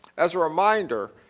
as a reminder,